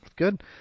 good